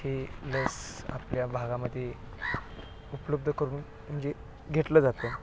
ही लस आपल्या भागामधे उपलब्ध करून म्हणजे घेतलं जातं